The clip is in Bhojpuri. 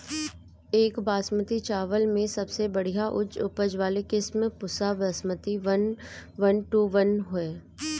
एक बासमती चावल में सबसे बढ़िया उच्च उपज वाली किस्म Pusa Basmati one one two one ह?